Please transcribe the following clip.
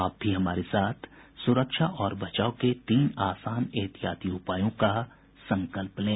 आप भी हमारे साथ सुरक्षा और बचाव के तीन आसान एहतियाती उपायों का संकल्प लें